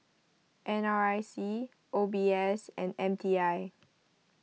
N R I C O B S and M T I